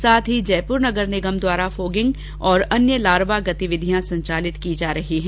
साथ ही जयपुर नगर निगम द्वारा फोगिंग तथा अन्य लार्वारोधी गतिवियां संचालित की जा रही है